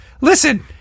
Listen